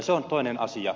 se on toinen asia